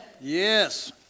Yes